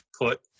put